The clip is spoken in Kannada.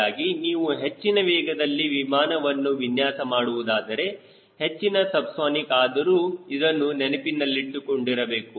ಹೀಗಾಗಿ ನೀವು ಹೆಚ್ಚಿನ ವೇಗದ ವಿಮಾನವನ್ನು ವಿನ್ಯಾಸ ಮಾಡುವುದಾದರೆ ಹೆಚ್ಚಿನ ಸಬ್ಸಾನಿಕ್ ಆದರೂ ಇದನ್ನು ನೆನಪಿನಲ್ಲಿಟ್ಟುಕೊಂಡಿರಬೇಕು